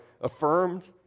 affirmed